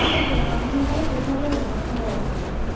ঠিক আছে সোনকালে পঠিয়াই দিয়াৰ ব্যৱস্থা কৰক আপোনালোকে